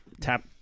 tap